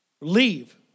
Leave